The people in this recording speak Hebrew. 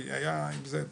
כי זה היה איתי,